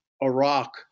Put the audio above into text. Iraq